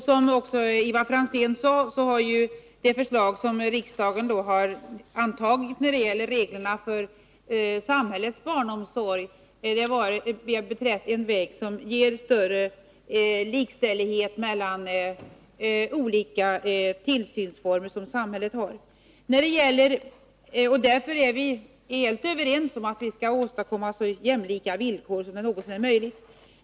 Som Ivar Franzén sade har också det förslag som riksdagen har antagit när det gäller reglerna för samhällets barnomsorg inneburit att man beträtt en väg som ger större likställighet mellan olika tillsynsformer som samhället erbjuder. Därför är vi helt överens om att vi skall åstadkomma så jämlika villkor som det någonsin är möjligt.